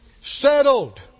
settled